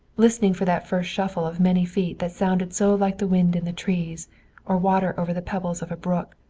listening for that first shuffle of many feet that sounded so like the wind in the trees or water over the pebbles of a brook,